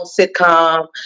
sitcom